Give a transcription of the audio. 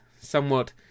somewhat